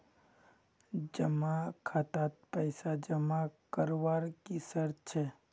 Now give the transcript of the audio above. जमा खातात पैसा जमा करवार की शर्त छे?